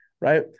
right